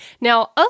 Now